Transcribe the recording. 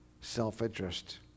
self-interest